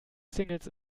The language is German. singles